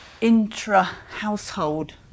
intra-household